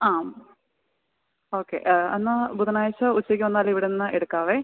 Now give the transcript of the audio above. ആ ഓക്കെ എന്നാൽ ബുധനായ്ച്ച ഉച്ചക്ക് വന്നാൽ ഇവിടുന്ന് എടുക്കാമേ